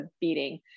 beating